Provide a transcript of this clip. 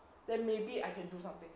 then maybe I can do something